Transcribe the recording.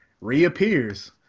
reappears